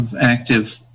active